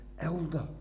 elder